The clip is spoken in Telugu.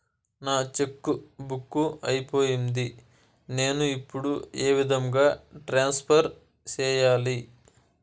నా చెక్కు బుక్ అయిపోయింది నేను ఇప్పుడు ఏ విధంగా ట్రాన్స్ఫర్ సేయాలి?